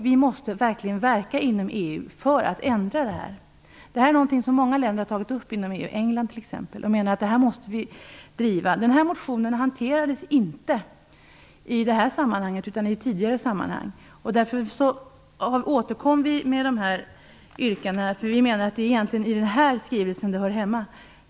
Vi måste verkligen verka inom EU för att ändra detta. Detta är något som många länder tagit upp inom EU, t.ex. England. De menar att vi måste driva detta. Den här motionen hanterades inte i det här sammanhanget, utan i ett tidigare sammanhang. Därför återkom vi med dessa yrkanden. Vi menar att de egentligen hör hemma i den här skrivelsen.